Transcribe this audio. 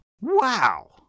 Wow